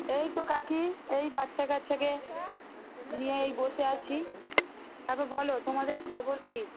এই তো কাকি এই বাচ্চা কাচ্চাকে নিয়ে এই বসে আছি তারপর বলো তোমাদের খবর কী